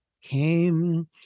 came